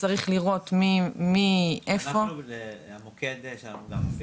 צריך לראות מי ואיפה -- המוקד שלנו עושה